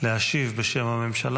להשיב על ההצעה בשם הממשלה.